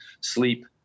sleep